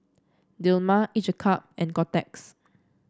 Dilmah each a cup and Kotex